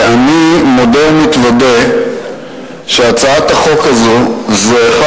אני מודה ומתוודה שהצעת החוק הזאת היא אחד